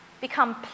become